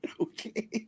Okay